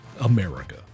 America